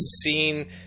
seen